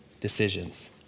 decisions